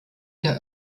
der